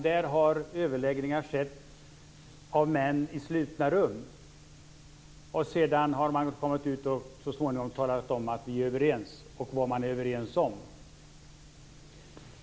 Där har överläggningar skett av män i slutna rum. Sedan har de kommit ut och så småningom talat om att de är överens och vad de är överens om.